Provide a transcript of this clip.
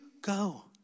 Go